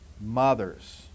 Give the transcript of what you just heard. mothers